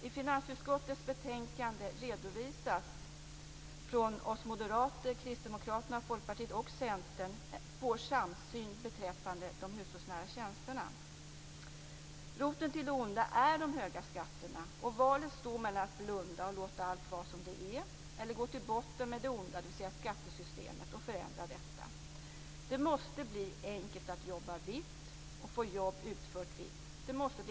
I finansutskottets betänkande redovisas Moderaternas, Kristdemokraternas, Folkpartiets och Centerns samsyn beträffande de hushållsnära tjänsterna. Roten till det onda är de höga skatterna. Valet står mellan att blunda och låta allt vara som det är eller att gå till botten med det onda, dvs. skattesystemet, och förändra det. Det måste bli enkelt att jobba vitt och få jobb utfört vitt.